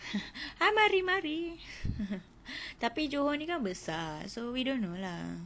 ha mari mari tapi johor ni kan besar so we don't know lah